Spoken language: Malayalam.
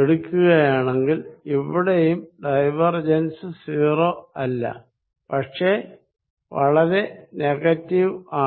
എടുക്കുകയാണെങ്കിൽ ഇവിടെയും ഡൈവർജൻസ് 0 അല്ല പക്ഷെ വളരെ നെഗറ്റീവ് ആണ്